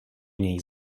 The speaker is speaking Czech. něj